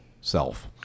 self